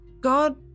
God